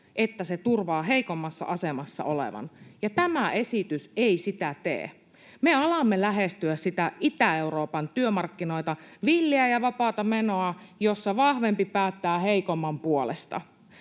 että se turvaa heikommassa asemassa olevan, ja tämä esitys ei sitä tee. Me alamme lähestyä Itä-Euroopan työmarkkinoita — villiä ja vapaata menoa, jossa vahvempi päättää heikomman puolesta.